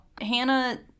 Hannah